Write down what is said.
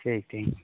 ٹھیک ٹھیک